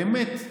באמת,